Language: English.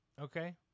Okay